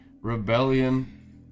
rebellion